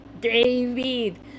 David